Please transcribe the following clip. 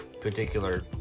particular